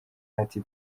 ati